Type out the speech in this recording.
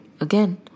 Again